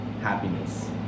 happiness